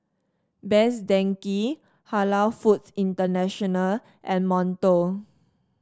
Best Denki Halal Foods International and Monto